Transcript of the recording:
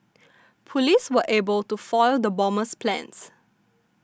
police were able to foil the bomber's plans